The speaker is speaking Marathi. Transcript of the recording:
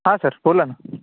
हां सर बोला ना